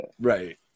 right